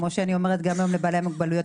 כפי שאני אומרת לבעלי המוגבלויות,